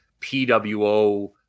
PWO